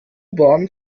bahn